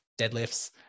deadlifts